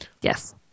Yes